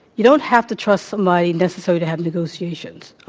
you don't have to trust somebody, necessarily, to have negotiations.